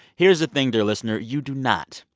here's the thing, dear listener, you do not.